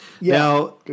Now